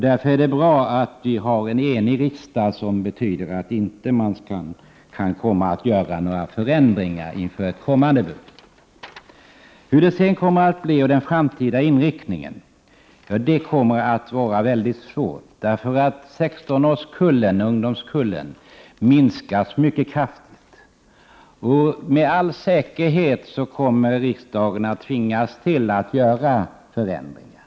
Därför är det bra att riksdagen är enig på denna punkt; det innebär att det inte kommer att bli några förändringar inför ett kommande budgetår. Vilken sedan den framtida inriktningen blir är svårt att förutse. 16 årskullen — ungdomskullen — minskar mycket kraftigt, och med all säkerhet kommer riksdagen att tvingas vidta förändringar.